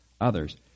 others